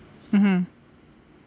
mmhmm